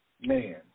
man